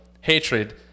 hatred